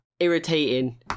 irritating